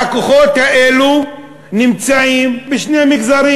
והכוחות האלה נמצאים בשני מגזרים,